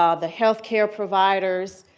ah the health care providers,